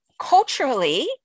culturally